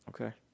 Okay